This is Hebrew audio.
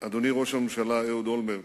אדוני ראש הממשלה אהוד אולמרט,